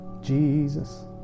Jesus